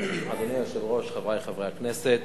אדוני היושב-ראש, חברי חברי הכנסת,